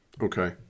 Okay